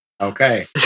okay